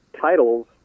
titles